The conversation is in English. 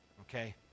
okay